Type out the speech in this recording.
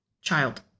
Child